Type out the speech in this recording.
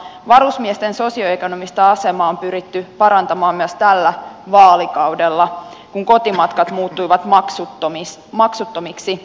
varusmiesten sosioekonomista asemaa on pyritty parantamaan myös tällä vaalikaudella kun kotimatkat muuttuivat maksuttomiksi